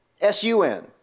S-U-N